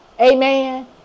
Amen